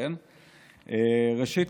ראשית,